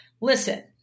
listen